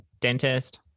dentist